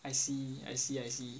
I see I see I see